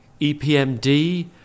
EPMD